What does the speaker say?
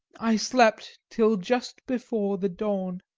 i slept till just before the dawn,